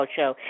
Show